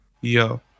yo